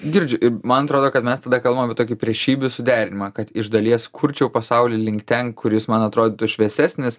girdžiu ir man atrodo kad mes tada kalbam apie tokį priešybių suderinimą kad iš dalies kurčiau pasaulį link ten kur jis man atrodytų šviesesnis